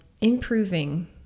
improving